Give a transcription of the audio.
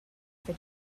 for